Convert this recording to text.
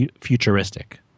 futuristic